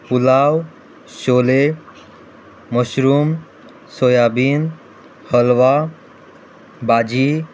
पुलाव शोले mushroom soybean halwa बाजी